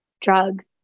drugs